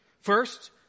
First